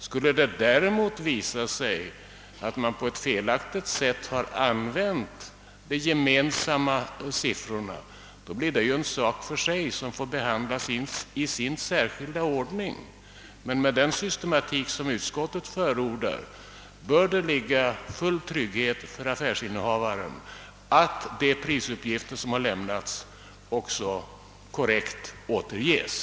Skulle det däremot visa sig att de gemensamma siffrorna har använts på ett felaktigt sätt blir det en sak för sig som får behandlas i särskild ordning. Med den systematik som utskottet förordar bör det råda full trygghet för affärsinnehavaren att de prisuppgifter som har lämnats också korrekt återges.